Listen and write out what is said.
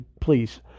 please